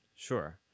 Sure